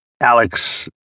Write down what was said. Alex